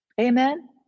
Amen